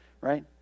right